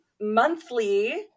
monthly